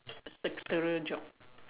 secretarial job